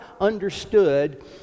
understood